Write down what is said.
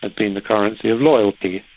has been the currency of loyalty.